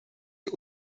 wir